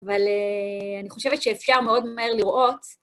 אבל אני חושבת שאפשר מאוד מהר לראות.